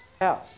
house